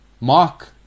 Mark